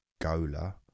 gola